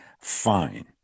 Fine